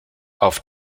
auf